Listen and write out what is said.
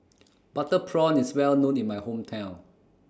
Butter Prawn IS Well known in My Hometown